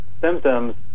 symptoms